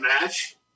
match